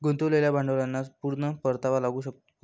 गुंतवलेल्या भांडवलाला पूर्ण परतावा लागू होतो